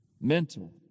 mental